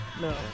No